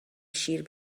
شیر